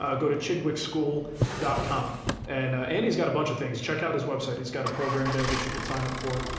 ah go to chidwickschool dot com and andy's got a bunch of things. check out his website, he's got a program there that you could sign up for,